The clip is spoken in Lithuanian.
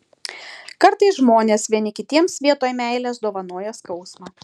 kartais žmonės vieni kitiems vietoj meilės dovanoja skausmą